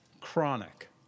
chronic